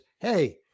Hey